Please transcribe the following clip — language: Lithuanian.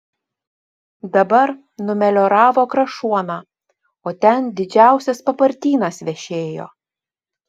dabar numelioravo krašuoną o ten didžiausias papartynas vešėjo